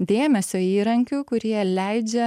dėmesio įrankių kurie leidžia